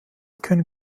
können